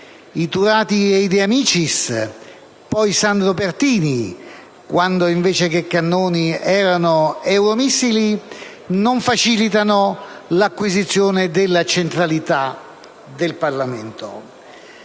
i Turati e i De Amicis, poi Sandro Pertini (quando invece che cannoni erano euromissili), non facilita l'acquisizione della centralità del Parlamento.